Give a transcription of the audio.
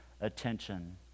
attention